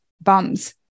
bums